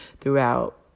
throughout